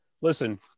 listen